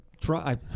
Try